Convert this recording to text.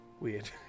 weird